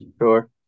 Sure